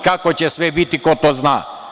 Kako će sve biti, ko to zna.